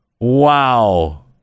wow